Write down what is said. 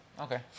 Okay